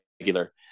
regular